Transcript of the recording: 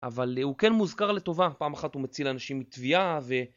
אבל הוא כן מוזכר לטובה, פעם אחת הוא מציל אנשים מטביעה ו...